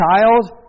child